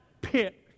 pit